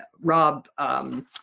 Rob